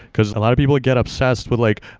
because a lot of people get obsessed with like,